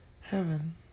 heaven